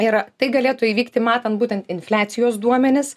ir tai galėtų įvykti matant būtent infliacijos duomenis